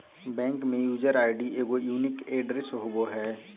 bank में user ID एगो unique address होबो हइ